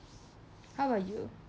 how about you